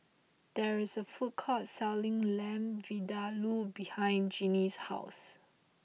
there is a food court selling Lamb Vindaloo behind Jeanine's house